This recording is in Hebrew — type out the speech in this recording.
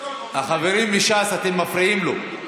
החברים מש"ס, אתם מפריעים לו.